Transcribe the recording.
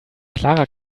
clara